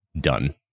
done